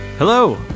Hello